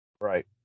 right